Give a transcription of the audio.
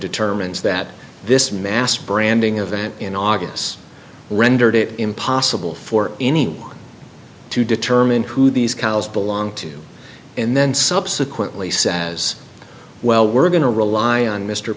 determines that this mass branding event in august rendered it impossible for any one to determine who these cows belong to and then subsequently says well we're going to rely on mr